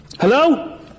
Hello